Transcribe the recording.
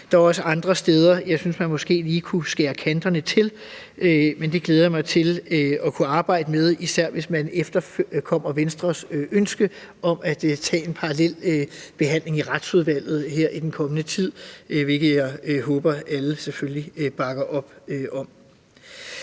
Der er også andre steder, hvor jeg synes, at kanterne måske lige kunne skæres til, men det glæder jeg mig til at kunne arbejde med, især hvis man efterkommer Venstres ønske om at tage en parallel behandling i Retsudvalget her i den kommende tid, hvilket jeg håber at alle selvfølgelig